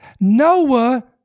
Noah